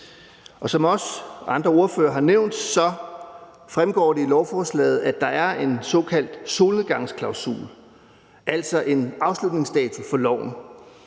som også andre ordførere har nævnt, fremgår det af lovforslaget, at der er en såkaldt solnedgangsklausul, altså en afslutningsdato for loven.